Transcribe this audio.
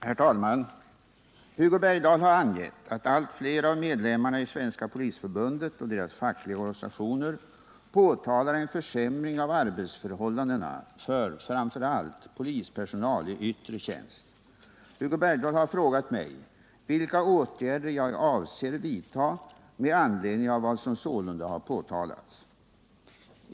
Herr talman! Hugo Bergdahl har angett att allt fler av medlemmarna i Svenska polisförbundet och deras fackliga organisationer påtalar en försämring av arbetsförhållandena för framför allt polispersonal i yttre tjänst. Hugo Bergdahl har frågat mig vilka åtgärder jag avser vidta med anledning av vad som sålunda har påtalats.